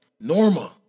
Norma